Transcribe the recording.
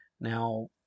Now